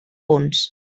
punts